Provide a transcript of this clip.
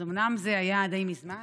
אומנם זה היה די מזמן,